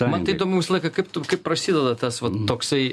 man tai įdomu visą laiką kaip ta kaip prasideda tas va toksai